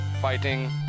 fighting